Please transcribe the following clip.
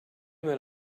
when